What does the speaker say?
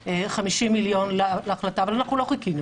50 מיליון שקלים להחלטה, אבל אנחנו לא חיכינו.